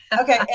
Okay